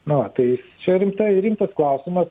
na va tai čia rimta rimtas klausimas